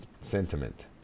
sentiment